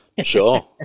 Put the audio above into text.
Sure